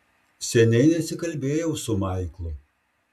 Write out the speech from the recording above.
seniai nesikalbėjau su maiklu